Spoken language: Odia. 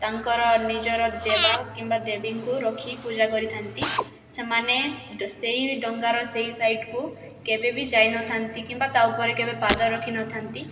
ତାଙ୍କର ନିଜର ଦେବା କିମ୍ବା ଦେବୀଙ୍କୁ ରଖି ପୂଜା କରିଥାନ୍ତି ସେମାନେ ସେହି ଡଙ୍ଗାର ସେହି ସାଇଟକୁ କେବେ ବି ଯାଇନଥାନ୍ତି କିମ୍ବା ତା' ଉପରେ କେବେ ପାଦ ରଖିନଥାନ୍ତି